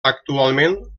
actualment